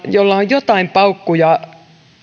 jolla on joitain paukkuja